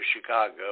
Chicago